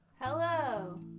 Hello